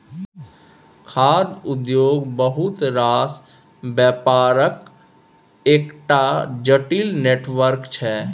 खाद्य उद्योग बहुत रास बेपारक एकटा जटिल नेटवर्क छै